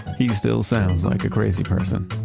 he still sounds like a crazy person.